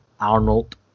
arnold